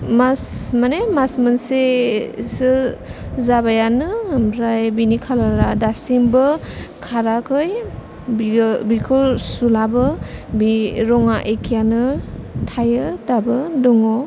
माने मास मोनसेसो जाबायानो ओमफ्राय बेनि कालार आ दासिमबो खाराखै बेखौ सुब्लाबो बे रंआ एखेयानो दाबो दङ